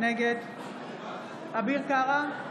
נגד אביר קארה,